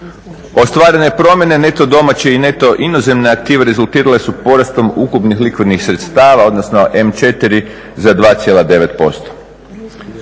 Ostvarene promjene neto domaće i neto inozemne aktive rezultirale su porastom ukupnih likvidnih sredstava odnosno M4 za 2,9%.